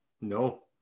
No